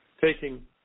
taking